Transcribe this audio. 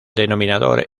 denominador